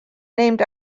named